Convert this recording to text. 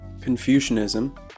Confucianism